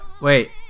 wait